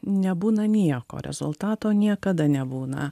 nebūna nieko rezultato niekada nebūna